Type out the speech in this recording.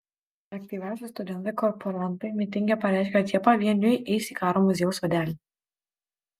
aktyviausi studentai korporantai mitinge pareiškė kad jie pavieniui eis į karo muziejaus sodelį